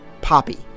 poppy